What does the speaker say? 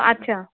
अच्छा